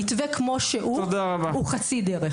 המתווה כמו שהוא הוא חצי דרך.